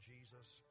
Jesus